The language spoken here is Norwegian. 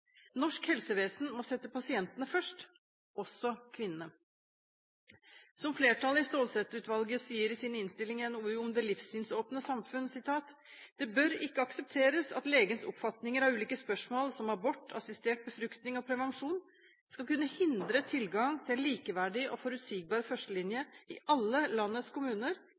Norsk helsevesen må sette pasientene først – også kvinnene. Flertallet i Stålsett-utvalget sier det slik i sin innstilling, NOU 2013: 1 Det livssynsåpne samfunn: «Det bør ikke aksepteres at legens oppfatninger av ulike spørsmål som abort, assistert befruktning og prevensjon skal kunne hindre tilgang til en likeverdig og forutsigbar førstelinje i alle landets kommuner